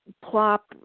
Plop